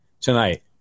tonight